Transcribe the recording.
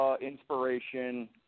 inspiration